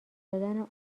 دادن